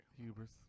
Hubris